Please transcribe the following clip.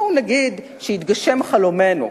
כן, בואו נגיד שיתגשם חלומנו,